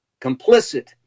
complicit